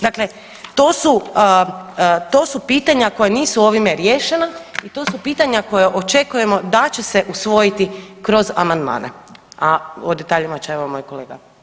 Dakle to su pitanja koja nisu ovime riješena i to su pitanja koje očekujemo da će se usvojiti kroz amandmane, a o detaljima će, evo, moj kolega.